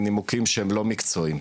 מנימוקים שהם לא מקצועיים.